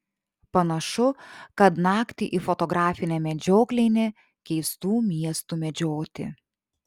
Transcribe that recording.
panašu kad naktį į fotografinę medžioklę eini keistų miestų medžioti